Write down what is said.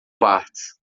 partes